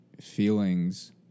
feelings